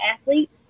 athletes